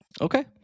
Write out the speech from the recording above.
Okay